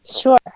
Sure